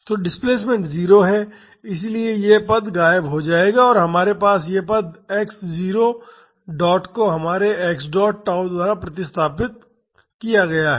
तो डिसप्लेमेंट 0 है इसलिए यह पद गायब हो जाएगा और हमारे पास यह पद x0 डॉट को हमारे x डॉट tau द्वारा प्रतिस्थापित किया गया है